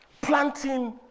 Planting